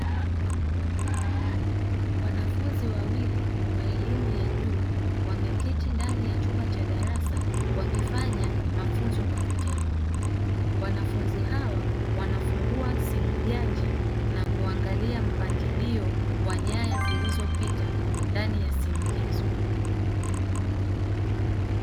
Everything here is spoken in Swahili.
Wanafunzi wawili wa elimu ya juu wameketi ndani ya chumba cha darasa wakifanya mafunzo kwa vitendo. Wanafunzi hawa wanafungua simu janja na kuangalia mpangilio wa nyaya zilivyopita ndani ya simu hizo.